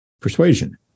persuasion